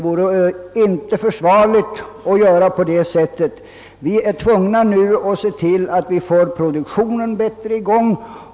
Vi är nu tvungna att se till att vi får i gång produktionen bättre.